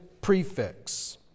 prefix